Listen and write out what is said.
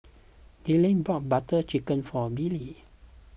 Gaylene bought Butter Chicken for Billy